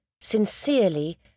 sincerely